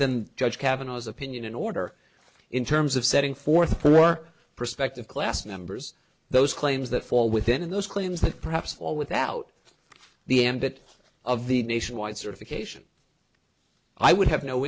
than judge kavanagh's opinion in order in terms of setting forth from our perspective class members those claims that fall within those claims that perhaps all without the ambit of the nationwide certification i would have no